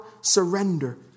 surrender